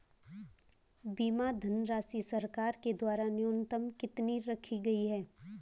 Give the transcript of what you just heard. बीमा धनराशि सरकार के द्वारा न्यूनतम कितनी रखी गई है?